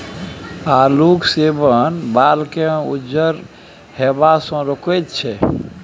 आलूक सेवन बालकेँ उज्जर हेबासँ रोकैत छै